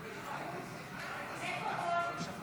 ההצבעה: